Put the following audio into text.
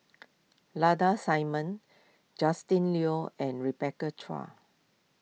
Lada Simmons Justin Lean and Rebecca Chua